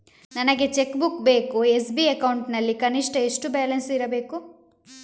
ನನಗೆ cheque book ಬೇಕು SB account ನಲ್ಲಿ ಕನಿಷ್ಠ ಎಷ್ಟು ಬ್ಯಾಲೆನ್ಸ್ ಇರಬೇಕು?